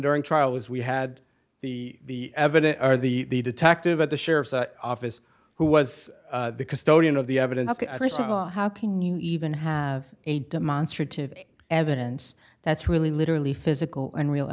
during trial was we had the evidence or the detective at the sheriff's office who was the custodian of the evidence how can you even have a demonstrative evidence that's really literally physical and real